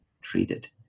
treated